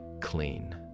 clean